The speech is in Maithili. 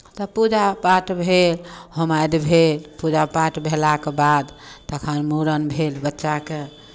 तब पूजा पाठ भेल होमादि भेल पूजा पाठ भेलाके बाद तखन मूड़न भेल बच्चाके